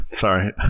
Sorry